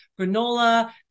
granola